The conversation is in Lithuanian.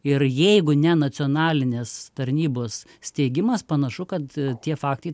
ir jeigu ne nacionalinės tarnybos steigimas panašu kad tie faktai